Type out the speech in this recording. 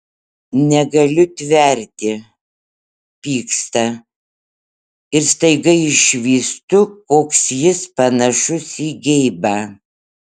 negaliu tverti pyksta ir staiga išvystu koks jis panašus į geibą